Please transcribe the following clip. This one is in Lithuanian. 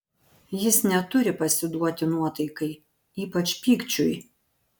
jis neturi pasiduoti nuotaikai ypač pykčiui